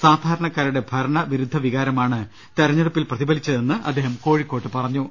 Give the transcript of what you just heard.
സാധാരണക്കാരുടെ ഭരണ വിരുദ്ധ വികാരമാണ് തെരഞ്ഞെടുപ്പിൽ പ്രതിഫലി ച്ചതെന്ന് അദ്ദേഹം കോഴിക്കോട്ട് പറഞ്ഞു